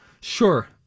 Sure